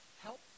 help